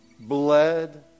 Bled